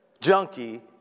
junkie